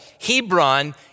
Hebron